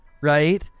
right